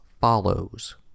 follows